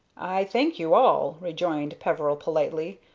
i thank you all, rejoined peveril, politely,